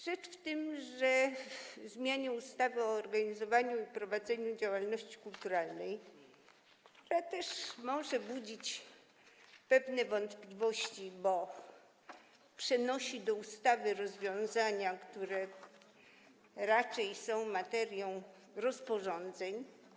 Rzecz w tym, że zmiana ustawy o organizowaniu i prowadzeniu działalności kulturalnej może budzić pewne wątpliwości, bo przenosi do ustawy rozwiązania, które są raczej materią rozporządzeń.